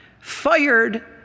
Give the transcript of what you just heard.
fired